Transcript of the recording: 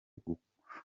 gukopera